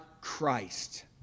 Christ